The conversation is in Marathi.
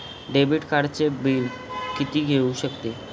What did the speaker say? डेबिट कार्डचे बिल किती येऊ शकते?